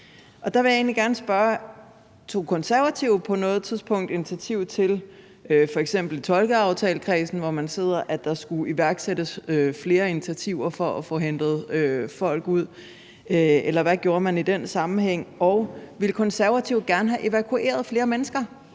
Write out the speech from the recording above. og der vil jeg egentlig gerne spørge: Tog Konservative på noget tidspunkt initiativ til, f.eks. i tolkeaftalekredsen, hvor man sidder, at der skulle iværksættes flere initiativer for at få hentet folk ud, eller hvad gjorde man i den sammenhæng? Og: Ville Konservative gerne have evakueret flere mennesker,